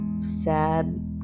sad